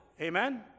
Amen